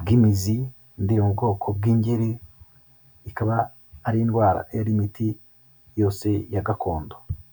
bw'imizi, indi iri mu bwoko bw'ingeri, ikaba ari indwara, iyi ari imiti yose ya gakondo.